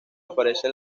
aparece